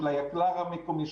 של היקל"ר המקומי,